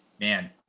man